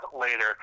later